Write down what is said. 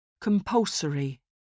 Compulsory